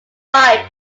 vibe